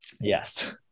yes